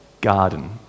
garden